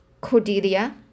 Cordelia